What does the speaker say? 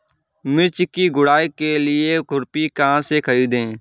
मिर्च की गुड़ाई के लिए खुरपी कहाँ से ख़रीदे?